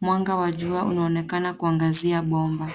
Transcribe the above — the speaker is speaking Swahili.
Mwanga wa jua unaonekana kuangazia bomba.